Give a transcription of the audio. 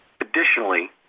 Additionally